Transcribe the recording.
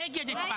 הייתה היוועצות.